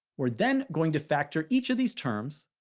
we're then going to factor each of these terms,